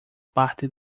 parte